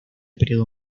período